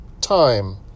time